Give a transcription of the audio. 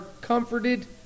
comforted